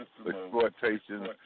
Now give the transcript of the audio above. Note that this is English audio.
exploitation